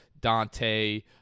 dante